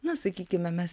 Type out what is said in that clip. na sakykime mes